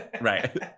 right